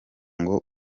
ngo